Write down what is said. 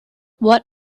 what